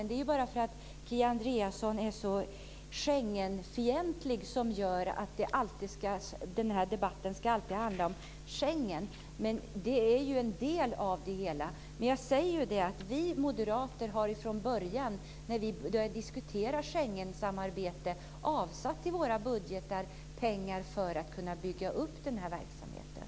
Det är bara för att Kia Andreasson är så Schengenfientlig som den här debatten alltid ska handla om Schengen. Det är ju en del av det hela. Vi moderater har från början, när vi diskuterar Schengensamarbete, avsatt pengar i våra budgetar för att kunna bygga upp verksamheten.